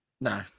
No